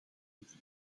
hoeven